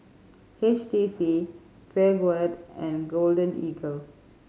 H T C Peugeot and Golden Eagle